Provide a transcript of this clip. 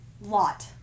lot